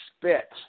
spit